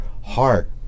heart